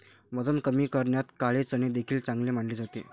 वजन कमी करण्यात काळे चणे देखील चांगले मानले जाते